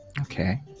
Okay